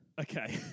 Okay